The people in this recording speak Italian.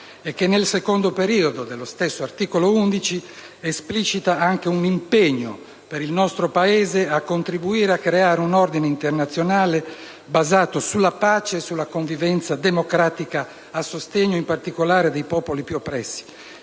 Il secondo periodo dello stesso articolo 11 esplicita anche un impegno per il nostro Paese a contribuire a creare un ordine internazionale basato sulla pace e la convivenza democratica a sostegno in particolare dei popoli più oppressi